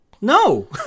no